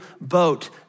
boat